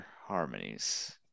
Harmonies